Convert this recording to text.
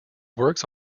works